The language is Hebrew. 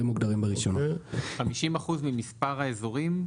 50% ממספר האזורים?